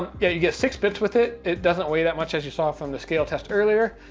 yeah you get six bits with it. it doesn't weigh that much as you saw from the scale test earlier.